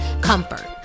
comfort